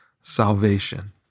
salvation